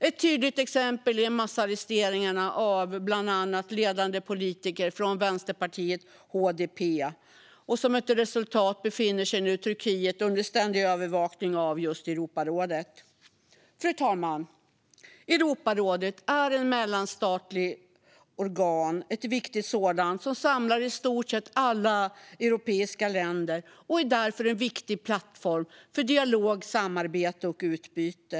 Ett tydligt exempel är massarresteringarna av bland annat ledande politiker från vänsterpartiet HDP. Resultatet är att Turkiet nu befinner sig under ständig övervakning av just Europarådet. Fru talman! Europarådet är ett viktigt mellanstatligt organ som samlar i stort sett alla europeiska länder, och det är därför en viktig plattform för dialog, samarbete och utbyte.